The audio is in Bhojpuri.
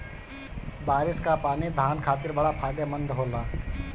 बारिस कअ पानी धान खातिर बड़ा फायदेमंद होला